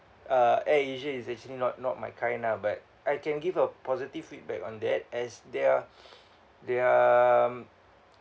uh Air Asia is actually not not my kind ah but I can give a positive feedback on that as their their mm